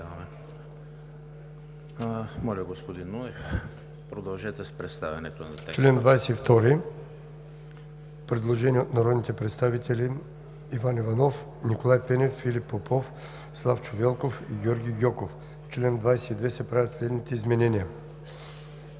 чл. 22 има предложение от народните представители Иван Иванов, Николай Пенев, Филип Попов, Славчо Велков и Георги Гьоков: „В чл. 22 се правят следните изменения: